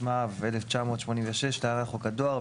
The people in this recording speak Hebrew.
התשמ"ו- 1986 (להלן - חוק הדואר),